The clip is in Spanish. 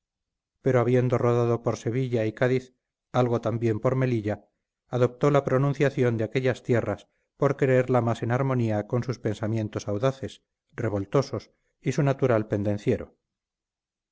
pero habiendo rodado por sevilla y cádiz algo también por melilla adoptó la pronunciación de aquellas tierras por creerla más en armonía con sus pensamientos audaces revoltosos y su natural pendenciero